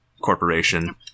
Corporation